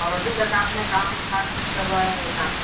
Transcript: और अभी तक आपने काम स्टार्ट नहीं करवाया हैगा